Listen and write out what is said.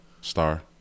star